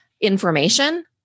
information